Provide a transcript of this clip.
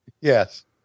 Yes